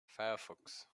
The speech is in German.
firefox